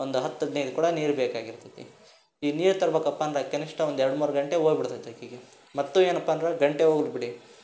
ಒಂದು ಹತ್ತು ಹದಿನೈದು ಕೊಡ ನೀರು ಬೇಕಾಗಿರ್ತೈತಿ ಈ ನೀರು ತರಬೇಕಪ್ಪ ಅಂದಾಗ ಕನಿಷ್ಟ ಒಂದು ಎರಡು ಮೂರು ಗಂಟೆ ಹೋಗ್ಬಿಡ್ತೈತ್ ಆಕೆಗೆ ಮತ್ತೂ ಏನಪ್ಪ ಅಂದ್ರೆ ಗಂಟೆ ಹೋಗದ್ ಬಿಡಿ